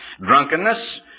drunkenness